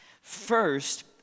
First